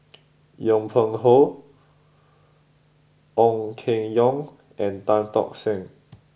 Yong Pung How Ong Keng Yong and Tan Tock San